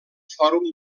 fòrum